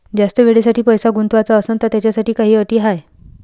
जास्त वेळेसाठी पैसा गुंतवाचा असनं त त्याच्यासाठी काही अटी हाय?